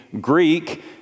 Greek